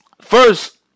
first